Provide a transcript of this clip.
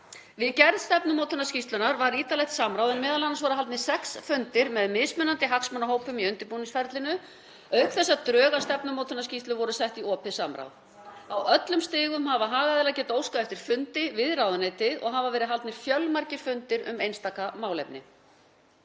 Við gerð stefnumótunarskýrslunnar var ítarlegt samráð en m.a. voru haldnir sex fundir með mismunandi hagsmunahópum í undirbúningsferlinu auk þess að drög að stefnumótunarskýrslu voru sett í opið samráð. Á öllum stigum hafa hagaðilar getað óskað eftir fundi við ráðuneytið og hafa verið haldnir fjölmargir fundir um einstaka málefni.